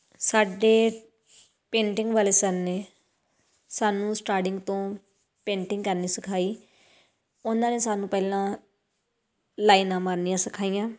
ਸਾਡੇ ਪੇਂਟਿੰਗ ਵਾਲੇ ਸਰ ਨੇ ਸਾਨੂੰ ਸਟਾਰਟਿੰਗ ਤੋਂ ਪੇਂਟਿੰਗ ਕਰਨੀ ਸਿਖਾਈ ਉਹਨਾਂ ਨੇ ਸਾਨੂੰ ਪਹਿਲਾਂ ਲਾਈਨਾਂ ਮਾਰਨੀਆਂ ਸਿਖਾਈਆਂ